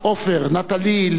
ליאור ומיכאל.